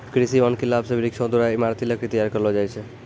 कृषि वानिकी लाभ से वृक्षो द्वारा ईमारती लकड़ी तैयार करलो जाय छै